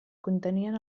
contenien